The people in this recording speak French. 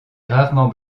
gravement